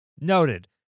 Noted